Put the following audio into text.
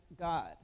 God